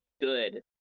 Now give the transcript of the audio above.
good